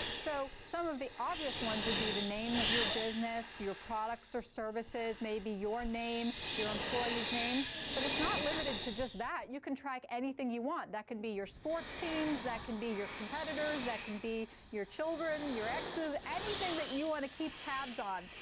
so some of the obvious ones would be the name of your business, your products or services, maybe your name, your employees' names. but it's not limited to just that. you can track anything you want. that can be your sports teams. that can be your competitors. that can be your children, your exes, anything that you want to keep tabs on.